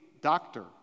doctor